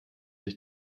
sich